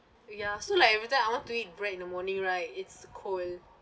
ya so like every time I want to eat bread in the morning right it's cold